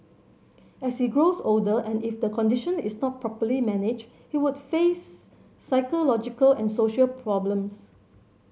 as he grows older and if the condition is not properly managed he could face psychological and social problems